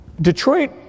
Detroit